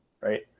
right